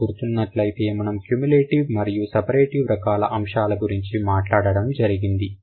మీకు గుర్తు ఉన్నట్లయితే మనము క్యూములేటివ్ మరియు సెపెరేటివ్ రకాల అంశాల గురించి మాట్లాడడం జరిగింది